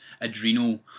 adrenal